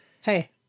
Hey